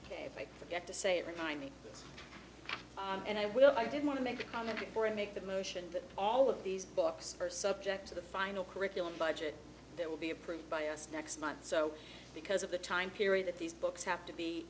mathematics if i forget to say it remind me and i will i did want to make a comment before i make the motion that all of these books are subject to the final curriculum budget that will be approved by us next month so because of the time period that these books have to be